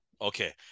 okay